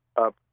up